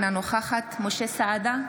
אינה נוכחת משה סעדה,